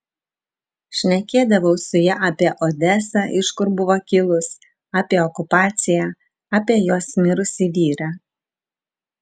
šnekėdavau su ja apie odesą iš kur buvo kilus apie okupaciją apie jos mirusį vyrą